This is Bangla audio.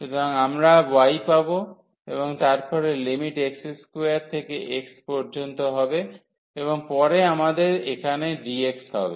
সুতরাং আমরা y পাব এবং তারপরে লিমিট x2 থেকে x পর্যন্ত হবে এবং পরে আমাদের এখানে dx হবে